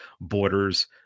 borders